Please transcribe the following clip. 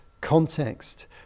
context